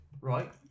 right